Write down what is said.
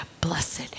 Blessed